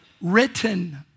written